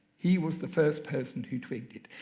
he was the first person who twigged it,